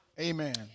Amen